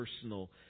personal